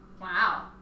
Wow